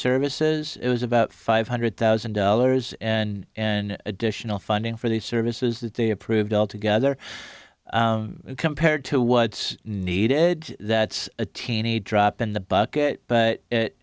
services it was about five hundred thousand dollars and in additional funding for the services that they approved altogether compared to what's needed that's a teeny drop in the bucket but it